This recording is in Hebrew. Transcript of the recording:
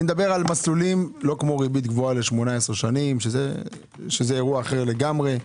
אני מדבר על מסלולים לא כמו ריבית גבוהה ל-18 שנים שזה אירוע אחר לגמרי.